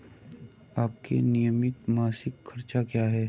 आपके नियमित मासिक खर्च क्या हैं?